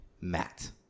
Matt